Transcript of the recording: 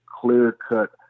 clear-cut